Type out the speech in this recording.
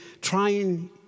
trying